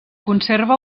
conserva